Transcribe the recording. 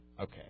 Okay